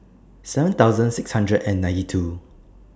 seven thousand six hundred and ninety two